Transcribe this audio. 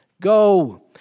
Go